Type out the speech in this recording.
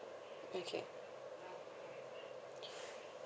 okay